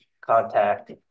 contact